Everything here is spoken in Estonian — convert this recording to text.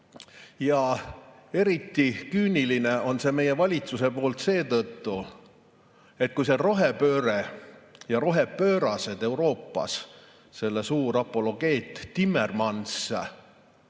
Eriti küüniline on see meie valitsuse poolt seetõttu, et kui rohepööre ja rohepöörased Euroopas, selle suur apologeet Timmermans